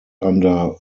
under